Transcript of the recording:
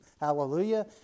Hallelujah